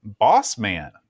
Bossman